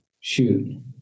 shoot